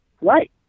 Right